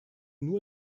nur